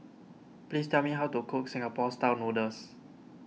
please tell me how to cook Singapore Style Noodles